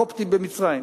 קופטים במצרים.